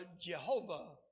Jehovah